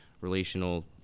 relational